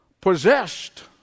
possessed